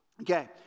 Okay